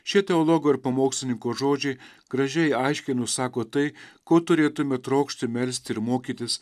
šie teologo ir pamokslininko žodžiai gražiai aiškiai nusako tai ko turėtume trokšti melsti ir mokytis